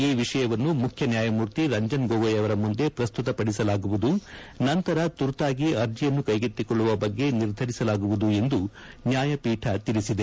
ಈ ವಿಷಯವನ್ನು ಮುಖ್ಯ ನ್ಯಾಯಮೂರ್ತಿ ರಂಜನ್ ಗೊಗೋಯ್ ಅವರ ಮುಂದೆ ಪ್ರಸ್ತುತಪದಿಸಲಾಗುವುದು ನಂತರ ತುರ್ತಾಗಿ ಅರ್ಜಿಯನ್ತು ಕೈಗೆತ್ತಿಕೊಳ್ಳುವ ಬಗ್ಗೆ ನಿರ್ಧರಿಸಲಾಗುವುದು ಎಂದು ನ್ಯಾಯಪೀಠ ತಿಳಿಸಿದೆ